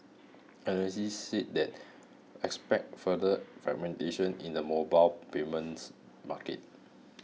analysts said that expect further fragmentation in the mobile payments market